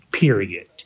period